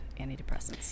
antidepressants